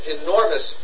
enormous